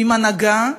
עם הנהגה,